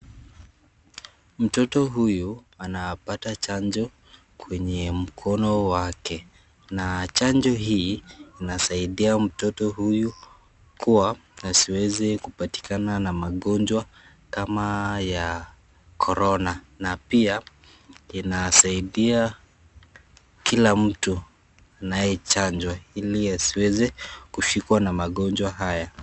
Mtoto huyu anapata chanjo kwenye mkono wake na chanjo hii inasaidia mtoto huyu kuwa asiweze kupatikana na magonjwa kama ya korona pia inasaidia kila mtu anayechanjwa ili asiweze kushikwa na magonjwa haya.